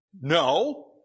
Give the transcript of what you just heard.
No